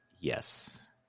yes